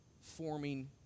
forming